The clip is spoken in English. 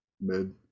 mid